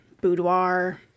boudoir